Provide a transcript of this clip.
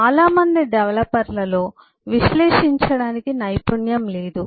చాలా మంది డెవలపర్లలో విశ్లేషించడానికి నైపుణ్యం లేదు